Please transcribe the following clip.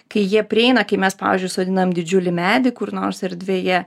kai jie prieina kai mes pavyzdžiui sodinam didžiulį medį kur nors erdvėje